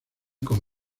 con